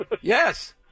Yes